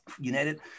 United